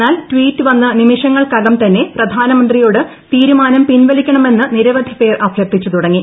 എന്നാൽ ട്വീറ്റ് വന്ന് നിമിഷങ്ങൾക്കകം തന്നെ പ്രധാനമന്ത്രിയോട്ട് തീരുമാനം പിൻവലിക്കണമെന്ന് നിരവധി പേർ അഭ്യർത്ഥിച്ചു തുടങ്ങി